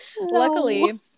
Luckily